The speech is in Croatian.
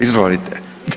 Izvolite.